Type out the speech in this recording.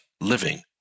living